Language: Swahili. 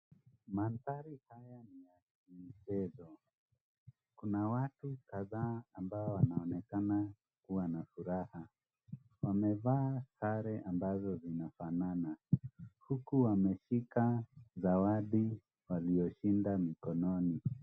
Manthari haya ni ya michezo ,kuna watu kadhaa ambao wanaonekana wanafuraha, wamevaa sare ambazo zinafanana huku wameshika zawadi walioshinda mkononi .